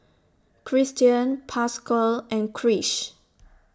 Kristian Pasquale and Krish